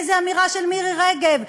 איזו אמירה של מירי רגב,